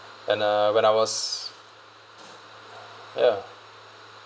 and uh when I was ya